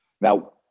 Now